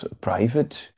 private